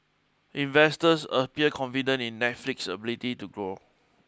investors appear confident in Netflix's ability to grow